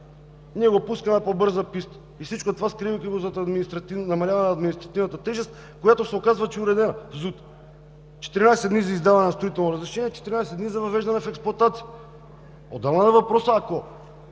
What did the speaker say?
ние го пускаме по бърза писта. И всичко това скрито зад намаляване на административната тежест, която се оказва, че е уредена в ЗУТ – 14 дни за издаване на строително разрешение, 14 дни за въвеждане в експлоатация. Отделен е въпросът, ако